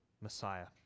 Messiah